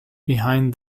behind